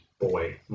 boy